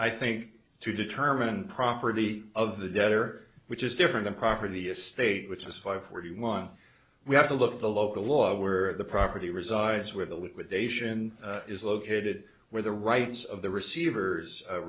i think to determine property of the debtor which is different a property a state which has five forty one we have to look at the local law where the property resides where the liquidation is located where the rights of the receivers